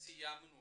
סיימנו